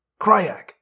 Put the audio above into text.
Kryak